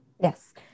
Yes